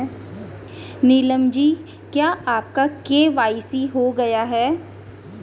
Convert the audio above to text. नीलम जी क्या आपका के.वाई.सी हो गया है?